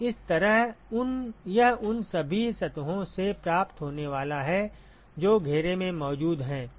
तो इस तरह यह उन सभी सतहों से प्राप्त होने वाला है जो घेरे में मौजूद हैं